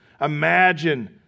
imagine